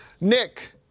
Nick